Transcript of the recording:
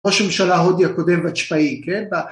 ראש הממשלה ההודי הקודם ואג'פאיי, כן?